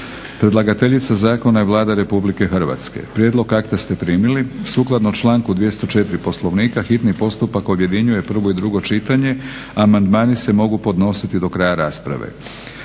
Predlagateljica zakona je Vlada Republike Hrvatske. Prijedlog akta ste primili. Sukladno članku 204. Poslovnika hitni postupak objedinjuje prvo i drugo čitanje. Amandmani se mogu podnositi do kraja rasprave.